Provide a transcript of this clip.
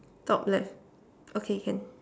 top left okay can